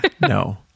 No